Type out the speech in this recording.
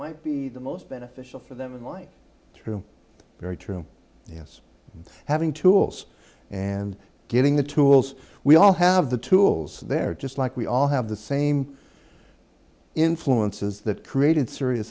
might be the most beneficial for them and why true very true yes having tools and getting the tools we all have the tools there just like we all have the same influences that created serious